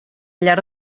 llarg